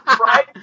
Right